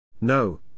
No